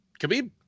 Khabib